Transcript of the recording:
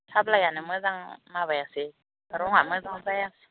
साब्लायानो मोजां माबायासै रङा मोजां जायासै